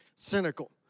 Cynical